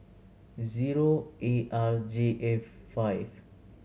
zero A R J F five